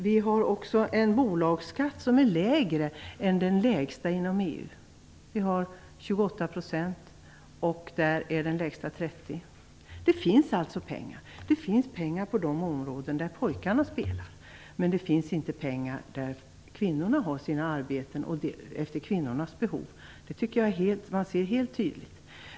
Vi har också en bolagskatt som är lägre än den lägsta inom EU. Vi har 28 % och inom EU är den lägsta 30 %. Det finns alltså pengar. Det finns pengar på de områden där pojkarna spelar, men det finns inte pengar där kvinnorna har sina arbeten och till kvinnornas behov. Det tycker jag man ser helt tydligt.